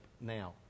now